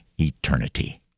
eternity